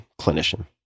clinician